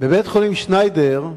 בבית-החולים "שניידר"